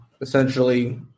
essentially